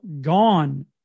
gone